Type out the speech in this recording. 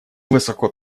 высоко